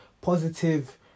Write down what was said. positive